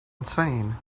insane